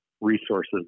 resources